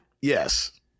Yes